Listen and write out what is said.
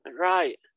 right